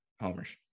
homers